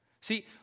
See